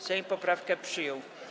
Sejm poprawkę przyjął.